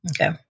Okay